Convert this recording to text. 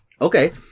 Okay